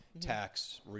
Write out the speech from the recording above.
tax